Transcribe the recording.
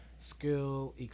skill